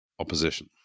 opposition